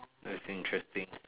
that's interesting